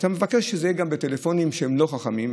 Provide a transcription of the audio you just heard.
אתה מבקש שזה יהיה גם בטלפונים שהם לא חכמים,